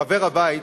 כחבר הבית,